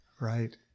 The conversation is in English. Right